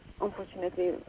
unfortunately